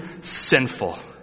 sinful